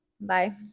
Bye